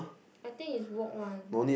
I think is walk one